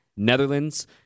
Netherlands